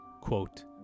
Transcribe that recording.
quote